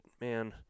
man